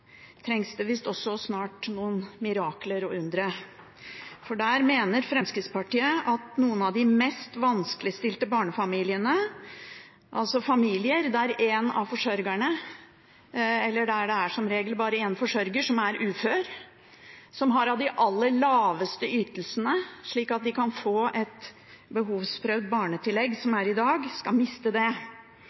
trengs det visst også snart noen mirakler og undre, for der mener Fremskrittspartiet at noen av de mest vanskeligstilte barnefamiliene, altså familier der en av forsørgerne – eller der det som regel er bare en forsørger – er ufør, og som har av de aller laveste ytelsene, slik at de kan få et behovsprøvd barnetillegg som finnes i dag, skal miste det.